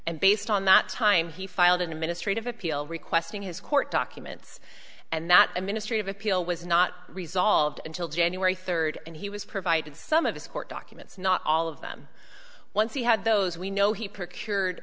and based on that time he filed an administrative appeal requesting his court documents and that administrative appeal was not resolved until january third and he was provided some of his court documents not all of them once he had those we know he per cured